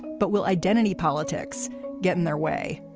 but will identity politics get in their way?